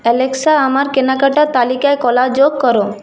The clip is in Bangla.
অ্যালেক্সা আমার কেনাকাটার তালিকায় কলা যোগ করো